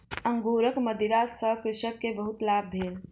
अंगूरक मदिरा सॅ कृषक के बहुत लाभ भेल